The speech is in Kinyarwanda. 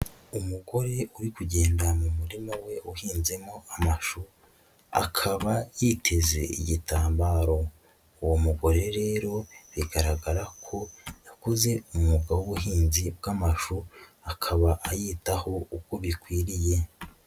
Umugore uri kugende mu murima we uhinzemo amashu akaba yiteze igitambaro, uwo mugore rero bigaragara ko yakoze umwuga w'ubuhinzi bw'amashu akaba ayitaho uko bikwiriye.